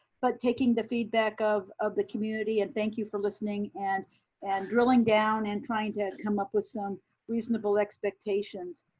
but taking the feedback of of the community. and thank you for listening and and drilling down and trying to come up with some reasonable expectations.